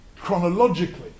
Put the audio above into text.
chronologically